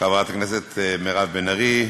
חברת הכנסת מירב בן ארי,